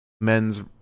men's